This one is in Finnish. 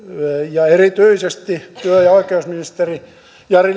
ja erityisesti työ ja oikeusministeri jari